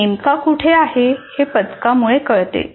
मी नेमका कुठे आहे हे पदकामुळे कळते